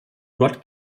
gott